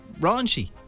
raunchy